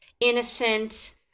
Innocent